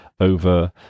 over